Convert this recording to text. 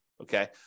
Okay